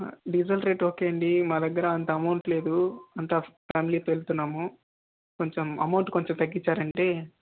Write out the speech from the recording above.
diesel rate okay అండి మా దగ్గర అంత అమౌంట్ లేదు అంతా ఫ్యామిలీతో వెళ్తున్నాము కొంచెం అమౌంట్ కొంచెం తగ్గించారంటే